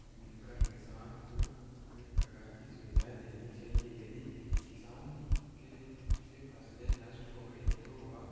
मिल कर किसान को कई प्रकार की सुविधाएं देनी चाहिए यदि किसान की एक फसले नष्ट हो गई तो वह